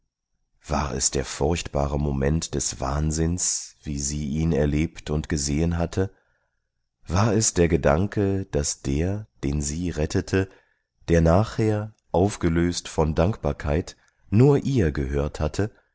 war es der furchtbare moment des wahnsinns wie sie ihn erlebt und gesehen hatte war es der gedanke daß der den sie rettete der nachher aufgelöst von dankbarkeit nur ihr gehört hatte